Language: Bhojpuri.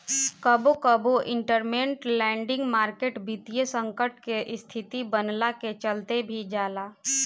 कबो कबो इंटरमेंट लैंडिंग मार्केट वित्तीय संकट के स्थिति बनला के चलते भी बन जाला